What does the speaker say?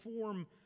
form